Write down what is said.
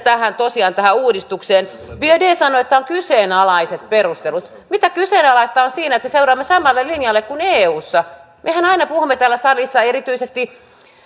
tosiaan tähän uudistukseen biaudet sanoi että on kyseenalaiset perustelut mitä kyseenalaista on siinä että seuraamme samalle linjalle kuin eussa mehän aina puhumme täällä salissa erityisesti